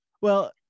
Well-